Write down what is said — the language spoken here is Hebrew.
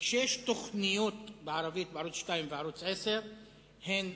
כשיש תוכניות בערבית בערוץ-2 ובערוץ-10 הן